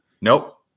Nope